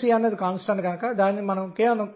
సాధారణ గణనలను ఇవ్వబోతున్నాను